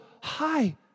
high